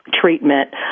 treatment